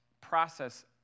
process